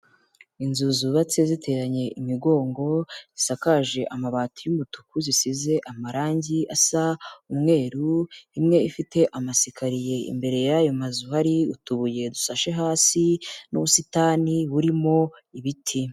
Inzu zubatse ziteranye imigongo, zisakaje amabati y'umutuku, zisize amarangi asa umweru, imwe ifite amasikariye, imbere y'ayo mazu hari utubuye dusashe hasi, n'ubusitani burimo ibiti.